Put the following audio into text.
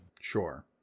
Sure